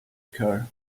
occur